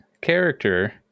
character